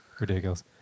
Ridiculous